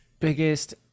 Biggest